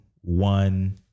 one